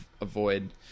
avoid